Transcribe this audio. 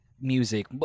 music